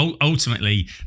ultimately